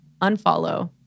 unfollow